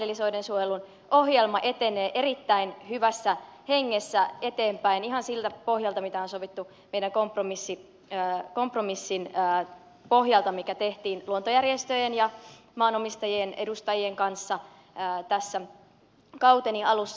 eli soidensuojeluohjelma etenee erittäin hyvässä hengessä eteenpäin ihan siltä pohjalta mitä on sovittu meidän kompromissin pohjalta mikä tehtiin luontojärjestöjen ja maanomistajien edustajien kanssa kauteni alussa